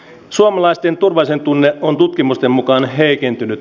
suomalaisten turvallisuudentunne on tutkimusten mukaan heikentynyt